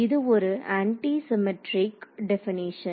இது ஒரு antisymmetric definition